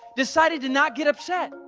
decided to not get upset?